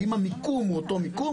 האם המיכון הוא אותו מיכון?